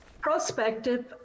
Prospective